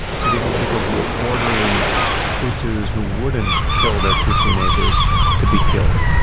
so these were people who were ordering hutus who wouldn't kill their tutsi neighbors to be killed.